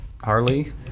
Harley